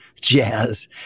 jazz